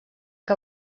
que